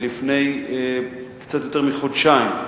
לפני קצת יותר מחודשיים,